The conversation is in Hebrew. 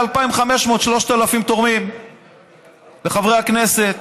ל-2,500 3,000 תורמים לחברי הכנסת.